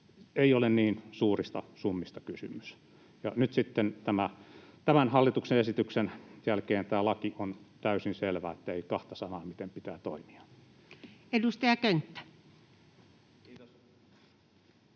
ei ole niin suurista summista kysymys. Ja nyt sitten tämän hallituksen esityksen jälkeen tämä laki on täysin selvä, ettei ole kahta sanaa, miten pitää toimia. [Speech 275]